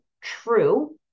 true